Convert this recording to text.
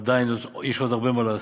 עדיין יש הרבה מה לעשות.